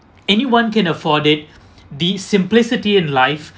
anyone can afford it these simplicity in life